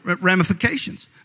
ramifications